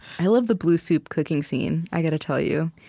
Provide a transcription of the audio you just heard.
i love the blue soup-cooking scene, i gotta tell you, you,